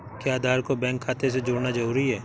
क्या आधार को बैंक खाते से जोड़ना जरूरी है?